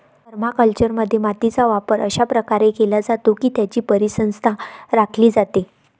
परमाकल्चरमध्ये, मातीचा वापर अशा प्रकारे केला जातो की त्याची परिसंस्था राखली जाते